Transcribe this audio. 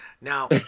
Now